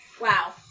Wow